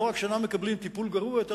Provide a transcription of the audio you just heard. לא רק שאינם מקבלים טיפול גרוע יותר,